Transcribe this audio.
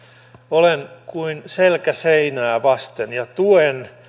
olen kuin selkä seinää vasten ja